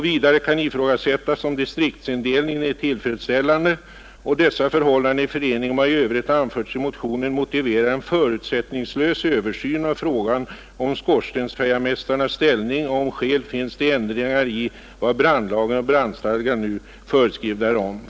Vidare kan ifrågasättas om distriktsindelningen är tillfredsställande. Dessa förhållanden i förening med vad i övrigt anförts i motionen motiverar en förutsättningslös översyn av frågan om skorstensfejarmästarnas ställning och om skäl finns till ändringar i vad brandlagen och brandstadgan nu föreskriver därom.